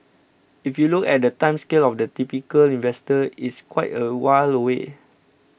if you look at the time scale of the typical investor it's quite a while away